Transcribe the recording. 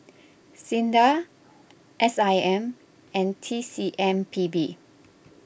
Sinda S I M and T C M P B